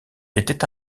était